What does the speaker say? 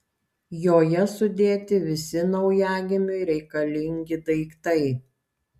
joje sudėti visi naujagimiui reikalingi daiktai